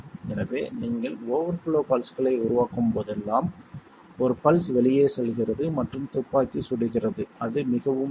எனவே நீங்கள் ஓவர்ஃப்ளோ பல்ஸ்களை உருவாக்கும் போதெல்லாம் ஒரு பல்ஸ் வெளியே செல்கிறது மற்றும் துப்பாக்கி சுடுகிறது அது மிகவும் எளிது